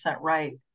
right